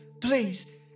Please